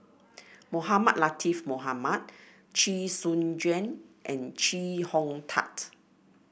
Mohamed Latiff Mohamed Chee Soon Juan and Chee Hong Tat